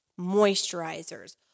moisturizers